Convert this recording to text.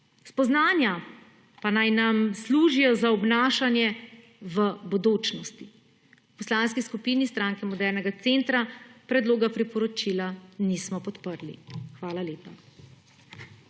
Spoznanja pa naj nam služijo za obnašanje v bodočnosti. V Poslanski skupini Stranke modernega centra predloga priporočila nismo podprli. Hvala lepa.